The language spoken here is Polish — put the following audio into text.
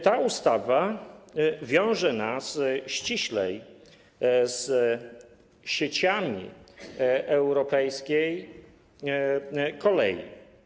Ta ustawa wiąże nas ściślej z sieciami europejskiej kolei.